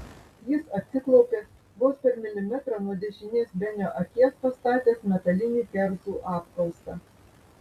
jis atsiklaupė vos per milimetrą nuo dešinės benio akies pastatęs metalinį kerzų apkaustą